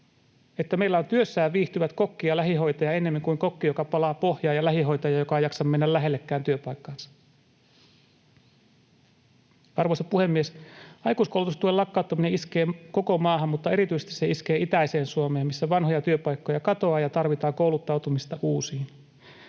että meillä on työssään viihtyvät kokki ja lähihoitaja ennemmin kuin kokki, joka palaa pohjaan, ja lähihoitaja, joka ei jaksa mennä lähellekään työpaikkaansa. Arvoisa puhemies! Aikuiskoulutustuen lakkauttaminen iskee koko maahan, mutta erityisesti se iskee itäiseen Suomeen, missä vanhoja työpaikkoja katoaa ja tarvitaan kouluttautumista uusiin.